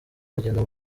urugendo